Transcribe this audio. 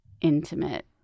intimate